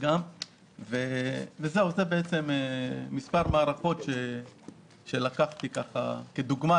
אלה מספר מערכות שלקחתי כדוגמה,